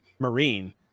Marine